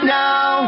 now